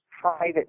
private